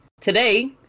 Today